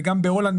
וגם בהולנד,